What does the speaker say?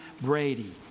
Brady